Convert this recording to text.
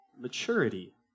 maturity